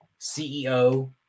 CEO